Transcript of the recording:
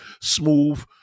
smooth